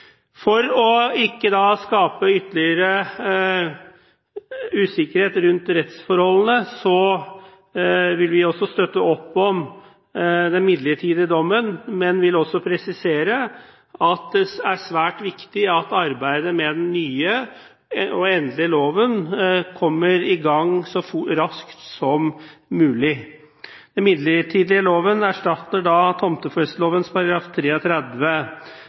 ikke å skape ytterligere usikkerhet rundt rettsforholdene vil vi også støtte opp om den midlertidige dommen, men vil også presisere at det er svært viktig at arbeidet med den nye og endelige loven kommer i gang så raskt som mulig. Den midlertidige loven erstatter